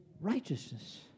righteousness